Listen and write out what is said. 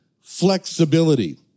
flexibility